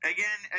Again